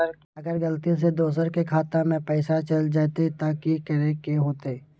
अगर गलती से दोसर के खाता में पैसा चल जताय त की करे के होतय?